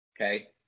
Okay